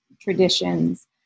traditions